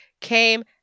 came